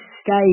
Escape